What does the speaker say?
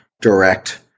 direct